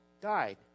died